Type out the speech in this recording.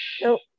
Nope